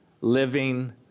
living